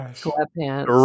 sweatpants